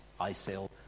ISIL